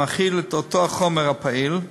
המכיל את אותו חומר פעיל,